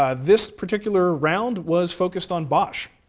ah this particular round was focused on bosch.